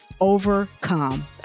overcome